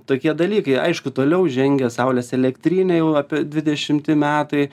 tokie dalykai aišku toliau žengia saulės elektrinė jau apie dvidešimti metai